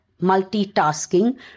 multitasking